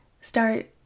start